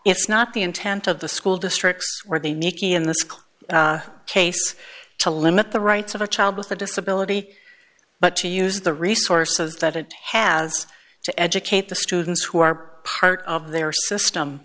if not the intent of the school districts where the nicaean the school case to limit the rights of a child with a disability but to use the resources that it has to educate the students who are part of their system